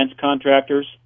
contractors